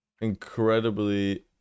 incredibly